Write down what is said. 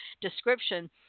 description